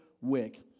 wick